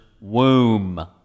womb